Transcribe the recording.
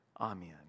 Amen